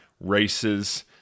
races